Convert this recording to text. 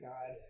God